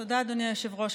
תודה, אדוני היושב-ראש.